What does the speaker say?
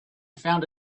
found